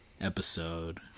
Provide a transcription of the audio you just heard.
episode